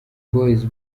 boys